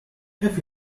have